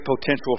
potential